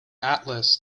atlas